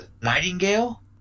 Nightingale